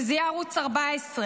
שזה יהיה ערוץ 14,